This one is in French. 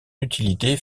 utilité